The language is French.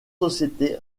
sociétés